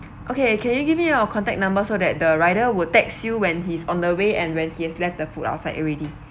okay can you give me your contact number so that the rider will text you when he's on the way and when he has left the food outside already